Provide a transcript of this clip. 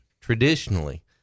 traditionally